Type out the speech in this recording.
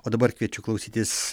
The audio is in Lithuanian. o dabar kviečiu klausytis